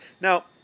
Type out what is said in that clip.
now